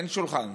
אין שולחן.